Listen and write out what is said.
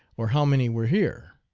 or how many were here.